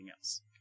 else